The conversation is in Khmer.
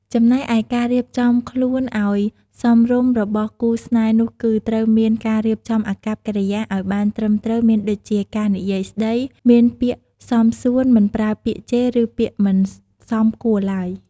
ចំណែកឯការរៀបចំខ្លួនឱ្យសមរម្យរបស់គូរស្នេហ៍នោះគឺ ត្រូវមានការរៀបចំអាកប្បកិរិយាឱ្យបានត្រឹមត្រូវមានដូចជា ការនិយាយស្តី មានពាក្យសមសួន មិនប្រើពាក្យជេឬពាក្យមិនសមគួរឡើយ។